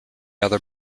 other